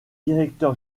directeur